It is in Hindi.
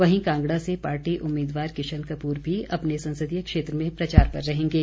वहीं कांगड़ा से पार्टी उम्मीदवार किशन कपूर भी अपने संसदीय क्षेत्र में प्रचार पर रहेंगे